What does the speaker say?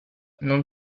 non